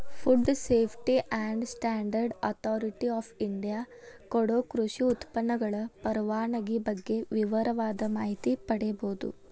food safety and standard authority of India ಕೊಡೊ ಕೃಷಿ ಉತ್ಪನ್ನಗಳ ಪರವಾನಗಿ ಬಗ್ಗೆ ವಿವರವಾದ ಮಾಹಿತಿ ಪಡೇಬೋದು